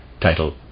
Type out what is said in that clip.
title